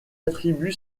attribue